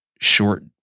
short